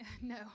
No